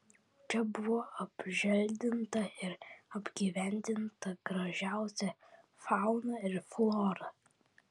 čia buvo apželdinta ir apgyvendinta gražiausia fauna ir flora